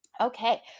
Okay